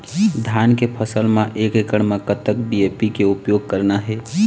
धान के फसल म एक एकड़ म कतक डी.ए.पी के उपयोग करना हे?